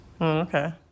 Okay